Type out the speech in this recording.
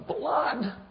blood